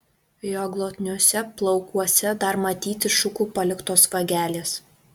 jo glotniuose plaukuose dar matyti šukų paliktos vagelės